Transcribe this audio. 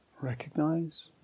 Recognize